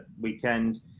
weekend